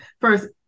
First